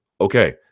okay